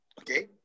Okay